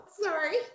Sorry